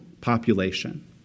population